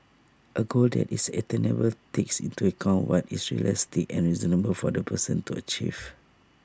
A goal that is attainable takes into account what is realistic and reasonable for the person to achieve